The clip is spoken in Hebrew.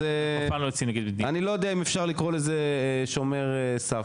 אז אני לא יודע אם אפשר לקרוא לזה שומר סף,